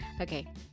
okay